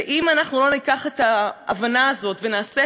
ואם אנחנו לא ניקח את ההבנה הזאת ונעשה